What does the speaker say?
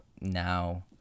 now